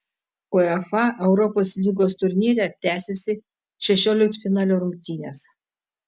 uefa europos lygos turnyre tęsėsi šešioliktfinalio rungtynės